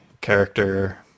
character